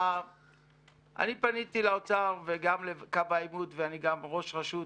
אני פניתי לאוצר וגם לקו העימות ואני גם הייתי ראש רשות,